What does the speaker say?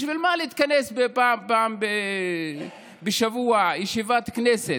בשביל מה להתכנס פעם בשבוע לישיבת כנסת?